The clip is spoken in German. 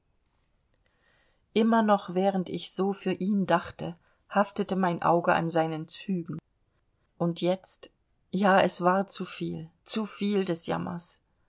immer noch während ich so für ihn dachte haftete mein auge an seinen zügen und jetzt ja es war zu viel zu viel des jammers